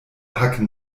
hacken